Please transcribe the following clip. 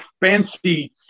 fancy